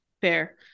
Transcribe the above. Fair